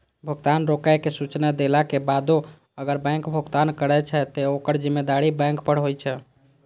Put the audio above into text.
भुगतान रोकै के सूचना देलाक बादो अगर बैंक भुगतान करै छै, ते ओकर जिम्मेदारी बैंक पर होइ छै